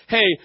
Hey